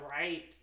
right